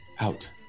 Out